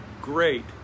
great